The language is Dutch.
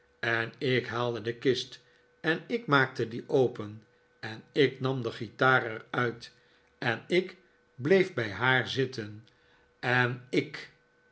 en i k haalde de kist en i k maakte die open en i k nam de guitaar er uit en i k bleef bij haar zitten en i